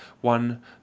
one